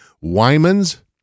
Wyman's